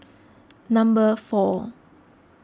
number four